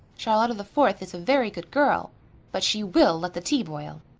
charlotta the fourth is a very good girl but she will let the tea boil.